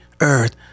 Earth